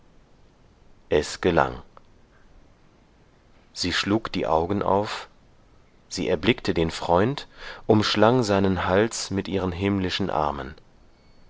es gelang sie schlug die augen auf sie erblickte den freund umschlang seinen hals mit ihren himmlischen armen